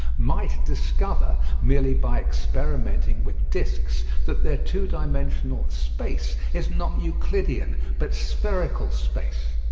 might discover, merely by experimenting with discs, that their two-dimensional space is not euclidean, but spherical space.